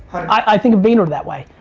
i think of beener that way.